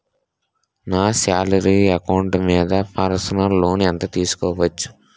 నా salary account మీద personal loan ఎంత తీసుకోవచ్చు?